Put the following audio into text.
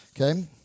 okay